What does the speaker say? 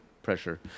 pressure